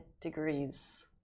degrees